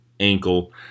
ankle